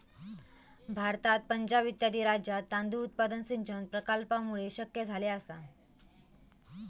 भारतात पंजाब इत्यादी राज्यांत तांदूळ उत्पादन सिंचन प्रकल्पांमुळे शक्य झाले आसा